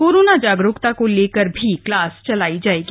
corona जागरूकता को लेकर भी क्लास चलाई जायेगी